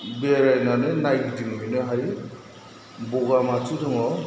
बेरायनानै नायदिंहैनो हायो बगामाथि दङ